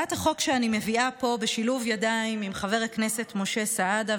הצעת החוק שאני מביאה פה בשילוב ידיים עם חבר הכנסת משה סעדה,